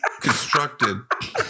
constructed